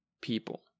people